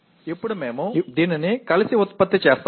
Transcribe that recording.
ఇప్పుడు మేము దీనిని కలిసి ఉత్పత్తి చేస్తాము